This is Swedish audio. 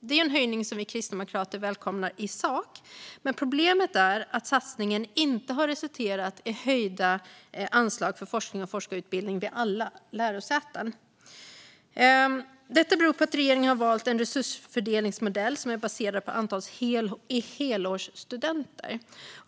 Det är en höjning som vi kristdemokrater välkomnar i sak, men problemet är att satsningen inte har resulterat i höjda anslag för forskning och forskarutbildning vid alla lärosäten. Detta beror på att regeringen har valt en resursfördelningsmodell som är baserad på antalet helårsstudenter.